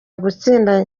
gutsinda